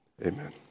amen